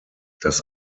das